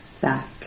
back